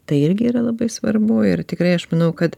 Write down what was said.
tai irgi yra labai svarbu ir tikrai aš manau kad